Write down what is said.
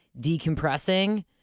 decompressing